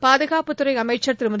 பாதுகாப்புத்துறை அமைச்சர் திருமதி